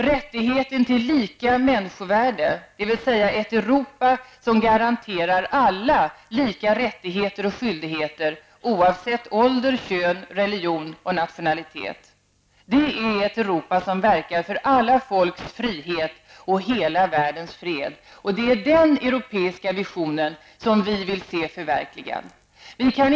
Rätten till lika människovärde, dvs. ett Europa som garanterar alla lika rättigheter och skyldigheter oavsett ålder, kön, religion och nationalitet -- ett Europa som verkar för alla folks frihet och hela världens fred. Det är den europeiska visionen som vi vill se förverkligad.